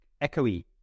echoey